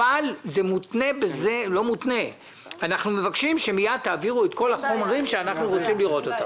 אבל אנחנו מבקשים שמייד תעבירו את כל החומרים שאנחנו רוצים לראות.